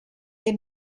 they